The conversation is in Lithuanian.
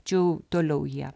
čia jau toliau jie